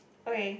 okay